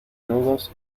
nudos